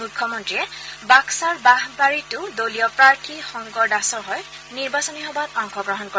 মুখ্যমন্ত্ৰীয়ে বাক্সাৰ বাঁহবাৰীতো দলীয় প্ৰাৰ্থী শংকৰ দাসৰ হৈ নিৰ্বাচনী সভাত অংশগ্ৰহণ কৰে